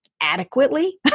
adequately